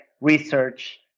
research